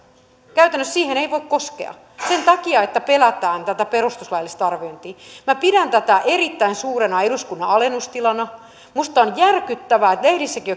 käytännössä siihen ei voi koskea sen takia että pelätään tätä perustuslaillista arviointia minä pidän tätä erittäin suurena eduskunnan alennustilana minusta tämä on järkyttävää että lehdissäkin